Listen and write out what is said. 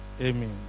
Amen